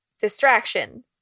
Distraction